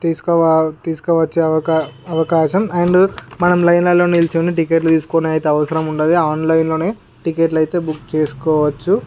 తీసుకోవ తీసుకు వచ్చే అవకాశం అండ్ మనం లైన్లలో నిలుచొని టిక్కెట్లు తీసుకొని అయితే అవసరం ఉండదు ఆన్లైన్లోనే టిక్కెట్లు అయితే బుక్ చేసుకోవచ్చు